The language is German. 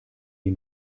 die